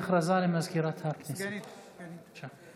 הודעה לסגנית מזכירת הכנסת.